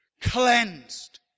Cleansed